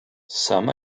some